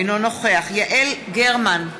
אינו נוכח יעל גרמן,